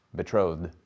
betrothed